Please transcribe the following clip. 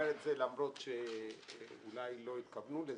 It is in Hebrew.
את זה למרות שאולי לא התכוונו לזה,